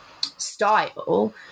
style –